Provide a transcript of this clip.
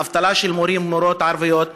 אבטלה של מורים ומורות ערבים.